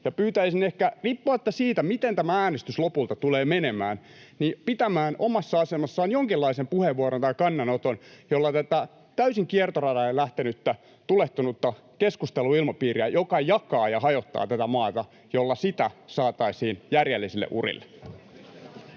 pyytäisin ehkä, riippumatta siitä, miten tämä äänestys lopulta tulee menemään, pitämään omassa asemassaan jonkinlaisen puheenvuoron tai kannanoton, jolla saataisiin järjellisille urille tätä täysin kiertoradalle lähtenyttä tulehtunutta keskusteluilmapiiriä, joka jakaa ja hajottaa tätä maata. [Speech 10] Speaker: